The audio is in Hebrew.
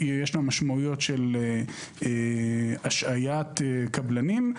שיש לה משמעויות של השעיית קבלנים,